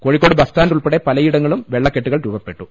കോഴി ക്കോട് ബസ്സ്റ്റാന്റുൾപ്പെടെ പലയിടത്തും വെള്ളക്കെട്ടുകൾ രൂപപ്പെട്ടു